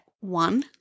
one